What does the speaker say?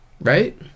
Right